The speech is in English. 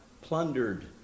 plundered